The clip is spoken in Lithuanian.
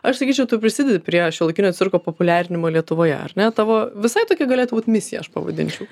aš sakyčiau tu prisidedi prie šiuolaikinio cirko populiarinimo lietuvoje ar ne tavo visai tokie galėtų būt misija aš pavadinčiau